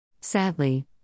Sadly